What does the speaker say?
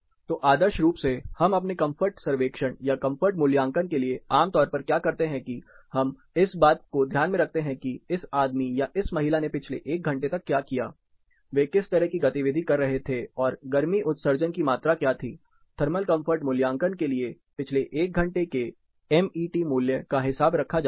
तोआदर्श रूप से हम अपने कंफर्ट सर्वेक्षण या कंफर्ट मूल्यांकन के लिए आमतौर पर क्या करते हैं कि हम इस बात को ध्यान में रखते हैं कि इस आदमी या इस महिला ने पिछले एक घंटे तक क्या किया वे किस तरह की गतिविधि कर रहे थे और गर्मी उत्सर्जन की मात्रा क्या थी थर्मल कंफर्ट मूल्यांकन के लिए पिछले 1 घंटे के एमईटी मूल्य का हिसाब रखा जाता है